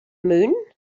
moon